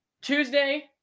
Tuesday